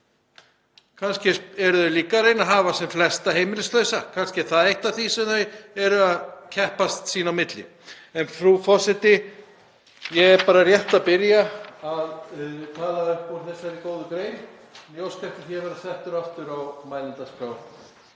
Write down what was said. Kannski eru þau líka að reyna að hafa sem flesta heimilislausa. Kannski er það eitt af því sem þau eru að keppa um sín á milli í. Frú forseti. Ég er bara rétt að byrja að tala upp úr þessari góðu grein. Ég óska eftir því að verða settur aftur á mælendaskrá